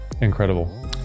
incredible